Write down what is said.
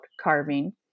carving